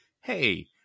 Hey